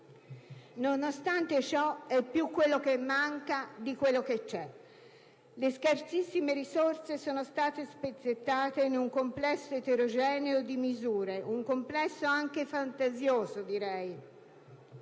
Nonostante ciò, è più quello che manca di quello che c'è. Le scarsissime risorse sono state spezzettate in un complesso eterogeneo di misure, anche fantasioso, direi,